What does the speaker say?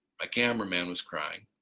my cameraman was crying.